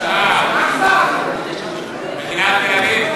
(קוראת בשמות חברי הכנסת) שי פירון,